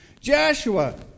Joshua